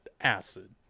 acid